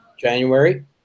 January